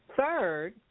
third